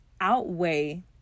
outweigh